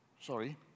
Sorry